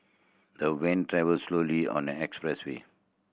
the van travelled slowly on the expressway